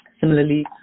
Similarly